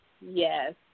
yes